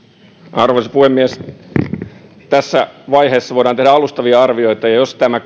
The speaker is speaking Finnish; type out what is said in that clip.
arvoisa puhemies tässä vaiheessa voidaan tehdä alustavia arvioita ja jos tämä